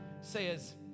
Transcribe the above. Says